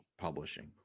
Publishing